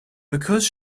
because